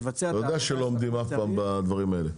לבצע את --- אתה יודע שלא עומדים אף פעם בדברים האלה?